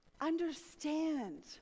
Understand